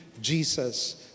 Jesus